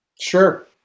Sure